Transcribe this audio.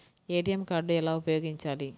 ATM card ఎలా ఉపయోగించాలి?